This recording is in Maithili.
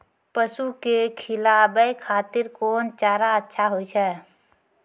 पसु के खिलाबै खातिर कोन चारा अच्छा होय छै?